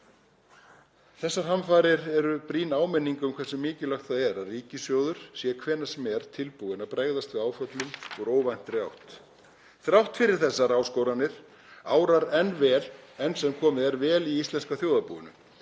Þessar hamfarir eru brýn áminning um hversu mikilvægt það er að ríkissjóður sé hvenær sem er tilbúinn að bregðast við áföllum úr óvæntri átt. Þrátt fyrir þessar áskoranir árar enn sem komið er vel í íslenska þjóðarbúinu.